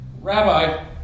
Rabbi